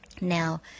Now